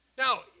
Now